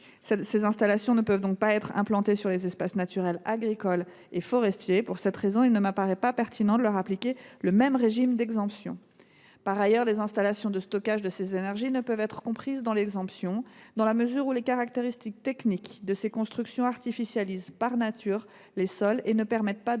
Ces installations ne peuvent donc pas être implantées sur des espaces naturels agricoles et forestiers. Pour cette raison, il ne me paraît pas pertinent de leur appliquer le même régime d’exemption. Par ailleurs, les installations de stockage de ces énergies ne peuvent être comprises dans l’exemption, dans la mesure où les caractéristiques techniques de ces constructions artificialisent par nature les sols et ne permettent pas de